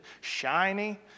shiny